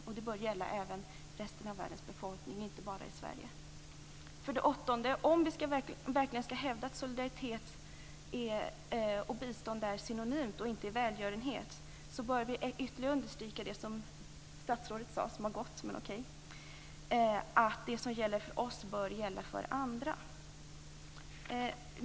Det bör gälla även resten av världens befolkning och inte bara den svenska. Om vi verkligen skall hävda att solidaritet och bistånd är synonymt, och att det inte är fråga om välgörenhet, bör vi ytterligare understryka det som statsrådet, som nu har gått, sade: Det som gäller för oss bör gälla för andra.